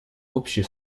общее